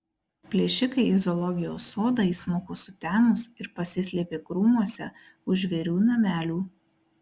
plėšikai į zoologijos sodą įsmuko sutemus ir pasislėpė krūmuose už žvėrių namelių